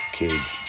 kids